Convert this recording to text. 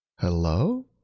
hello